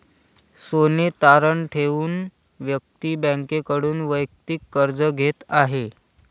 सोने तारण ठेवून व्यक्ती बँकेकडून वैयक्तिक कर्ज घेत आहे